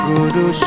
Guru